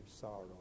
sorrow